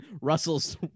Russell's